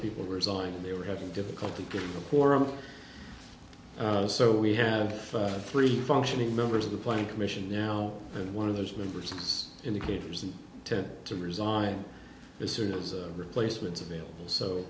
people resigned and they were having difficulty getting the kora so we have three functioning members of the planning commission now and one of those members six indicators and tend to resign as soon as replacements available so